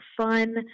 fun